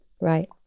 right